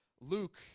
Luke